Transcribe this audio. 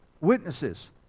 Witnesses